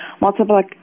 multiple